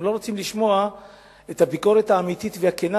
הם לא רוצים לשמוע את הביקורת האמיתית והכנה,